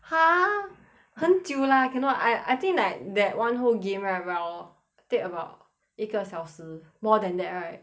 !huh! 很久 lah cannot I I think like that [one] whole game right we~ I will take about 一个小时 more than that right